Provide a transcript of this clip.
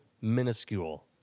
minuscule